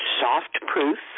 soft-proof